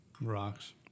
rocks